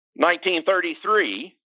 1933